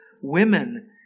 women